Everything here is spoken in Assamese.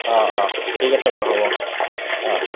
অঁ অঁ ঠিক আছে বাৰু হ'ব অঁ